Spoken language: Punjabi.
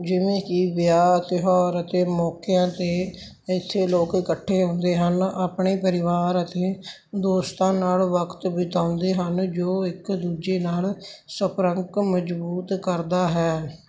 ਜਿਵੇਂ ਕਿ ਵਿਆਹ ਤਿਉਹਾਰ ਅਤੇ ਮੌਕਿਆਂ 'ਤੇ ਇੱਥੇ ਲੋਕ ਇਕੱਠੇ ਹੁੰਦੇ ਹਨ ਆਪਣੇ ਪਰਿਵਾਰ ਅਤੇ ਦੋਸਤਾਂ ਨਾਲ ਵਕਤ ਬਿਤਾਉਂਦੇ ਹਨ ਜੋ ਇੱਕ ਦੂਜੇ ਨਾਲ ਸੰਪਰਕ ਮਜ਼ਬੂਤ ਕਰਦਾ ਹੈ